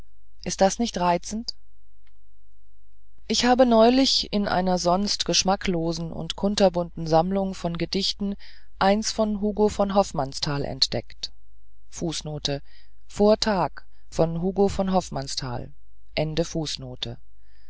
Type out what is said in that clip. ist das nicht reizend ich habe neulich in einer sonst geschmacklosen und kunterbunten sammlung von gedichten eins von hugo v hoffmannsthal entdeckt